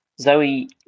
Zoe